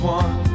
one